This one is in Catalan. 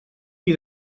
qui